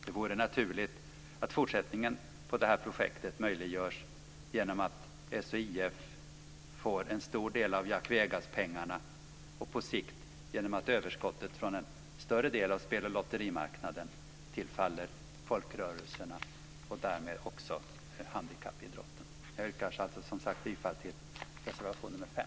Det vore naturligt att fortsättningen på detta projekt möjliggörs genom att SHIF får en stor del av Jack Vegas-pengarna och på sikt genom att överskottet från en större del av lotteri och spelmarknaden tillfaller folkrörelserna och därmed också handikappidrotten. Jag yrkar, som sagt var, bifall till reservation nr 5.